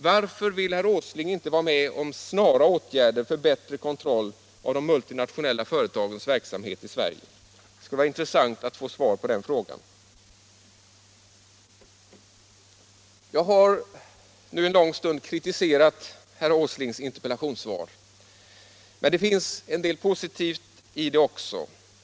Varför vill herr Åsling inte vara med om snara åtgärder för bättre kontroll av de multinationella företagens verksamhet i Sverige? Det skulle vara intressant att få svar på den frågan. Jag har nu en lång stund kritiserat herr Åslings interpellationssvar. Men det finns en del positivt i det också.